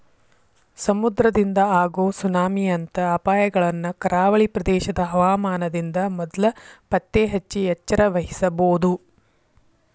ಸಮುದ್ರದಿಂದ ಆಗೋ ಸುನಾಮಿ ಅಂತ ಅಪಾಯಗಳನ್ನ ಕರಾವಳಿ ಪ್ರದೇಶದ ಹವಾಮಾನದಿಂದ ಮೊದ್ಲ ಪತ್ತೆಹಚ್ಚಿ ಎಚ್ಚರವಹಿಸಬೊದು